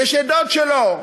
ודוד שלו,